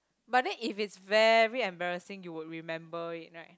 but then if it's very embarrassing you would remember it right